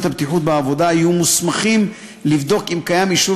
הבטיחות בעבודה יהיו מוסמכים לבדוק אם קיים אישור